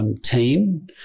team